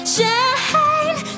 Shine